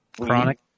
Chronic